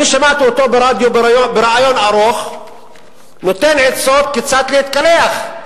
אני שמעתי אותו ברדיו בריאיון ארוך נותן עצות כיצד להתקלח,